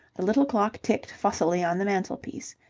the little clock ticked fussily on the mantelpiece.